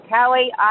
Callie